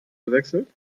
gewechselt